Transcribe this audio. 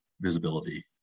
visibility